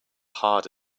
hard